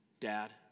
Dad